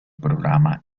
programa